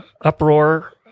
uproar